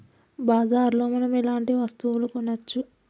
బజార్ లో మనం ఎలాంటి వస్తువులు కొనచ్చు?